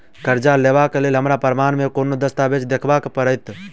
करजा लेबाक लेल हमरा प्रमाण मेँ कोन दस्तावेज देखाबऽ पड़तै?